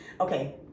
Okay